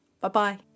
Bye-bye